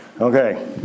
Okay